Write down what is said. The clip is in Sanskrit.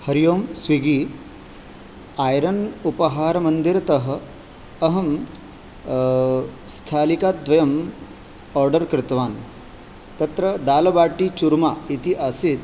हरिः ओम् स्विग्गी आयरन् उपहारमन्दिरतः अहं स्थालिकाद्वयम् आर्डर् कृतवान् तत्र दाल् बाटि चूर्मा इति आसीत्